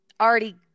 already